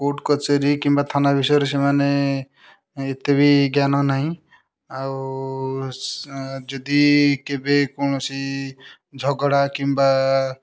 court କଚେରୀ କିମ୍ବା ଥାନା ବିଷୟରେ ସେମାନେ ଏତେ ବି ଜ୍ଞାନ ନାହିଁ ଆଉ ଯଦି କେବେ କୌଣସି ଝଗଡ଼ା କିମ୍ବା